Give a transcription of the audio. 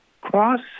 cross